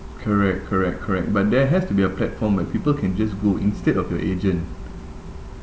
correct correct correct but there has to be a platform where people can just go instead of your agent